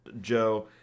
Joe